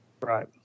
Right